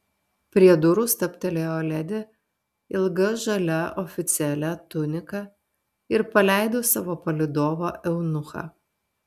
prie durų stabtelėjo ledi ilga žalia oficialia tunika ir paleido savo palydovą eunuchą